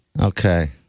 Okay